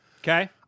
Okay